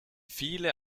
viele